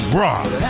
rock